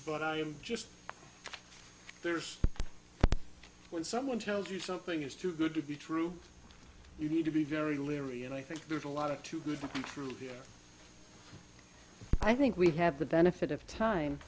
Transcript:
but i'm just there's when someone tells you something is too good to be true you need to be very leery and i think there's a lot of too good through here i think we have the benefit of time